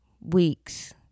weeks